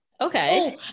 Okay